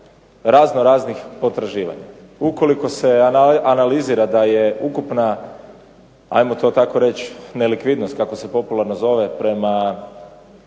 razno raznih potraživanja. Ukoliko se analizira da je ukupna ajmo to tako reći nelikvidnost kako se to popularno zove prema